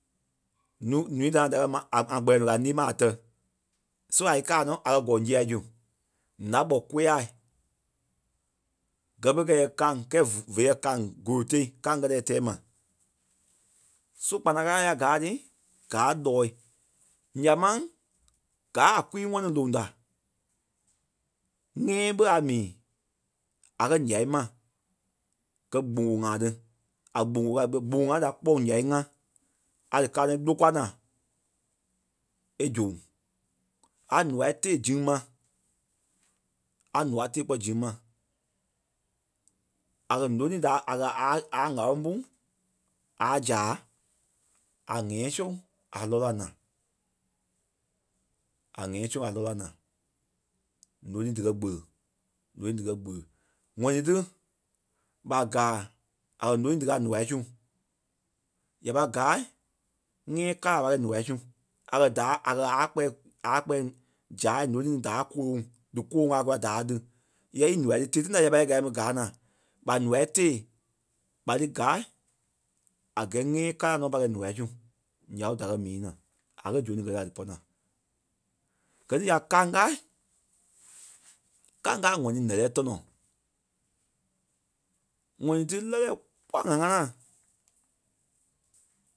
nu- ǹúu da da kɛ̀ ma a- ŋa kpɛlɛɛ nuu kaa lîi ma a tɛ̀. So a íkaa nɔ a kɛ̀ gɔ̂ŋ sia zu. Ǹá gbɔ kôyaa. Gɛ́ pere kɛɛ yɛ kaŋ kɛɛ ve yɛ kaŋ gúro-tee kaŋ kɛtɛ e tɛɛ ma. So kpana-ɣála tí ya gaa ti gaa lɔɔ̂i. Nyaa máŋ gaa a kwii ŋɔni loŋ da. Nyɛ̃́ɛ ɓé a mii a kɛ̀ ǹyai ma gɛ́ gbogo ŋa ti. A gbogo kaa ɓîɛ gbogo ŋa da kpɔŋ ǹyai ŋa. A dí kaa nɔ e lókwa naa, e zoŋ. A noa tée ziŋ ma. A noa tée kpɔ́ ziŋ ma. A kɛ̀ nônii da a kɛ̀ a- a- ŋ̀áloŋ pú, a zaa, a ǹyɛ̃́ɛ soŋ a lɔ́ la naa. A ǹyɛ̃́ɛ soŋ a lɔ́ la naa nônii díkɛ kpele, nônii díkɛ kpele. ŋ̀ɔnii ti ɓa gaa a kɛ̀ nônii díkaa noa su, ya pai gaa nyɛ̃́ɛ kala a pâi kɛi noa su. A kɛ̀ da, a kɛ̀ a kpɛɛ a kpɛɛ zaa nônii lônii da kɔ́ɔŋ dí kɔɔ̂ŋ a kula da lí. Yɛ í noa ti tí tãi da ya pâi gaa ɓe gaa naa. ɓa noa tée ɓa lí gaa a gɛɛ nyɛ̃́ɛ kala nɔ pai kɛi noa su, nya ɓé da kɛ mii naa. A kɛ̀ zônii gɛ́ lí la dí pɔ́-naa. Gɛ ni ya kaŋ kâa. Kaŋ kaa a ŋ̀ɔnii ǹɛ́lɛɛ tɔnɔ. ŋ̀ɔnii ti lɛ́lɛ kpɔ́ ŋ̀á-ŋanaa